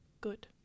Good